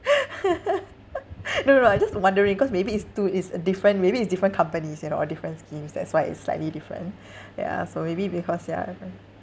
no no I just wondering cause maybe it's two it's a different maybe it's different companies you know or different schemes that's why it's slightly different ya so maybe because ya